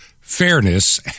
fairness